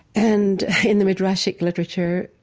and, in the midrashic literature,